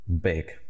big